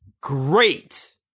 great